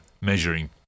measuring